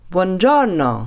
Buongiorno